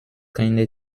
keine